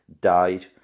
died